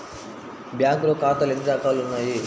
బ్యాంక్లో ఖాతాలు ఎన్ని రకాలు ఉన్నావి?